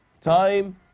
time